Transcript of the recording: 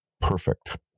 perfect